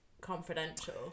confidential